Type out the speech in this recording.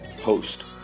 host